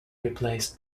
replaced